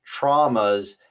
traumas